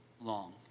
long